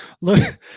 look